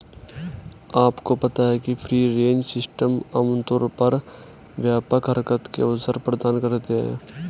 आपको पता है फ्री रेंज सिस्टम आमतौर पर व्यापक हरकत के अवसर प्रदान करते हैं?